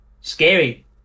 scary